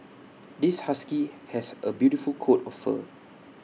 this husky has A beautiful coat of fur